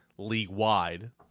league-wide